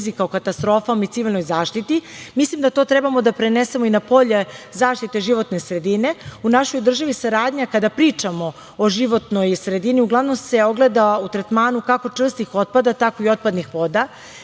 o katastrofama i civilnoj zaštiti, mislim da to treba da prenesemo i na polje zaštite životne sredine. U našoj državi saradnja kada pričamo o životnoj sredini uglavnom se ogleda u tretmanu kako čvrstih otpada, tako i otpadnih voda.